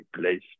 place